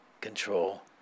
control